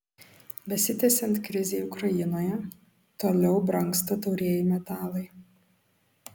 besitęsiant krizei ukrainoje toliau brangsta taurieji metalai